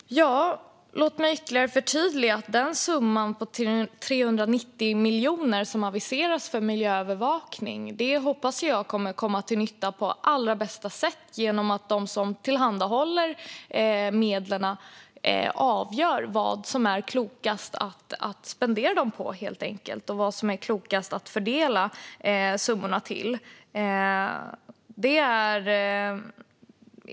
Fru talman! Låt mig ytterligare förtydliga att jag hoppas att den summa på 390 miljoner som aviserats för miljöövervakning kommer att komma till nytta på allra bästa sätt genom att de som tillhandahålls medlen avgör vad som är klokast att spendera dem på och fördela dem till.